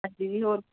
ਹਾਂਜੀ ਜੀ ਹੋਰ